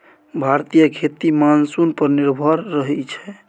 भारतीय खेती मानसून पर निर्भर रहइ छै